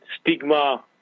stigma